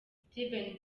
steve